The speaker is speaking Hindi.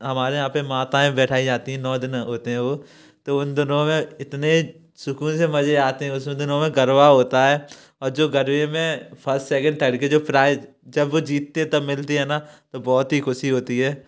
हमारे यहाँ पे माताएँ बैठाई जाती हैं नौ दिन होते हैं वो तो उन दिनों में इतने सुकून से मजे आते हैं उसे दिनों में गरबा होता है और जो गरबे में फर्स्ट सेकंड थर्ड के जो प्राइस जब वो जीतते हैं तब मिलती है ना तो बहुत ही खुशी होती है